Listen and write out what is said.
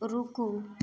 रुकू